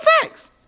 facts